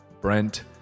Brent